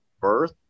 birth